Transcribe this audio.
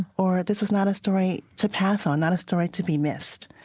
or this was not a story to pass on, not a story to be missed.